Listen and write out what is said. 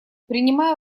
принимая